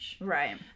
Right